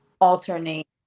alternate